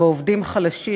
ועובדים חלשים,